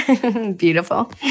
beautiful